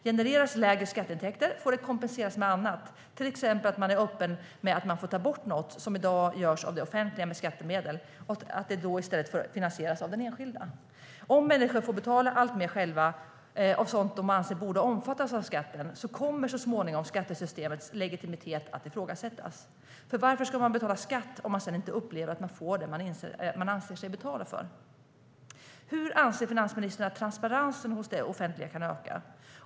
Genereras lägre skatteintäkter får det kompenseras med annat. Då får man till exempel vara öppen med att man får ta bort något som i dag görs av det offentliga med skattemedel men som i stället kommer att få finansieras av den enskilda. Om människor själva får betala alltmer av sådant de anser borde omfattas av skatten kommer så småningom skattesystemets legitimitet att ifrågasättas, för varför ska man betala skatt om man sedan inte upplever att man får det man anser sig betala för? Hur anser finansministern att transparensen hos det offentliga kan öka?